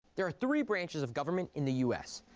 there are three branches of government in the us,